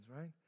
right